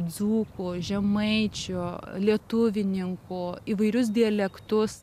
dzūkų žemaičių lietuvininkų įvairius dialektus